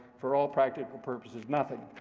for all practical purposes, nothing.